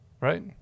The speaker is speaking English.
right